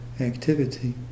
activity